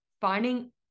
finding